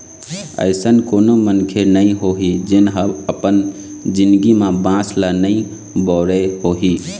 अइसन कोनो मनखे नइ होही जेन ह अपन जिनगी म बांस ल नइ बउरे होही